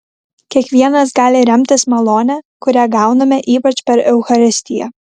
kiekvienas gali remtis malone kurią gauname ypač per eucharistiją